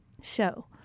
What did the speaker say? show